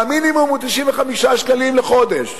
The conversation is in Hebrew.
והמינימום הוא 95 שקלים בחודש.